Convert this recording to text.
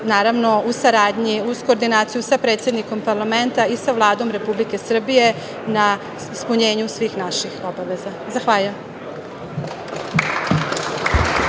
naravno u saradnji uz koordinaciju sa predsednikom parlamenta i sa Vladom Republike Srbije na ispunjenju svih naših obaveza. Zahvaljujem.